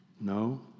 No